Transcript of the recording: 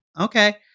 Okay